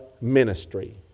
ministry